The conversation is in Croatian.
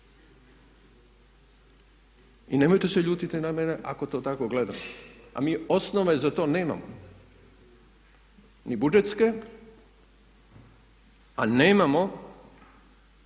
I nemojte se ljutiti na mene ako to tako gledam. A mi osnove za to nemamo, ni budžetske a nemamo